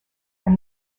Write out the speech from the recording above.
and